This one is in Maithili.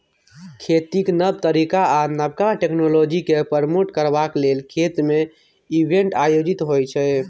खेतीक नब तरीका आ नबका टेक्नोलॉजीकेँ प्रमोट करबाक लेल खेत मे इवेंट आयोजित होइ छै